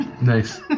Nice